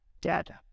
dead